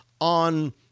on